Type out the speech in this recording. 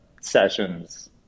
sessions